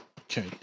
Okay